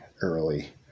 early